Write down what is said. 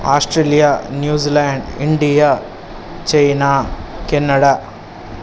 Australia New Zealand India China Canada